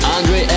Andre